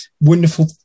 wonderful